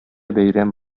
бәйрәм